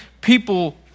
people